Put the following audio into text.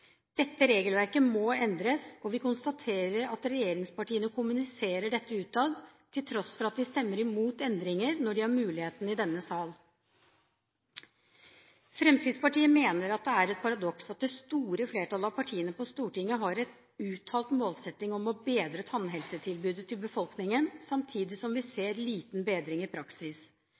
Dette regelverket må endres, og vi konstaterer at regjeringspartiene kommuniserer dette utad, til tross for at de stemmer imot endringer når de har muligheten i denne sal. Fremskrittspartiet mener det er et paradoks at det store flertallet av partiene på Stortinget har en uttalt målsetting om å bedre tannhelsetilbudet til befolkningen, samtidig som vi ser liten bedring i praksis.